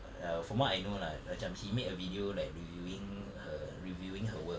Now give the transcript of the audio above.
err from what I know lah macam he made a video like reviewing her reviewing her work